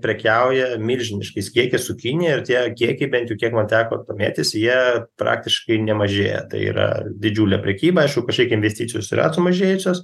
prekiauja milžiniškais kiekiais su kinija ir tie kiekiai bent jau kiek man teko domėtis jie praktiškai nemažėja tai yra didžiulė prekyba aišku kažkiek investicijos yra sumažėjusios